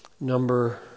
Number